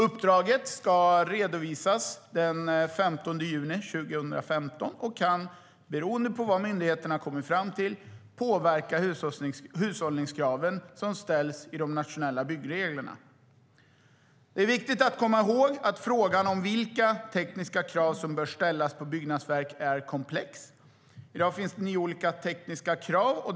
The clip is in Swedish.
Uppdraget ska redovisas den 15 juni 2015 och kan, beroende på vad myndigheterna kommer fram till, påverka hushållningskraven som ställs i de nationella byggreglerna. Det är viktigt att komma ihåg att frågan om vilka tekniska krav som bör ställas på byggnadsverk är komplex. I dag finns det nio olika tekniska krav.